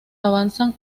avanzan